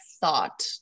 thought